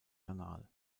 kanal